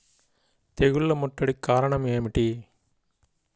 తెగుళ్ల ముట్టడికి కారణం ఏమిటి?